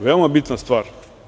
Veoma bitna stvar.